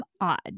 odd